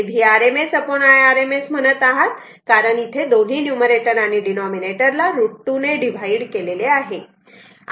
तुम्ही ते Vrms Irms म्हणत आहात कारण इथे दोन्ही न्यूमररेटर आणि डिनोमिनिटर ला √ 2 ने डिव्हाइड केलेले आहे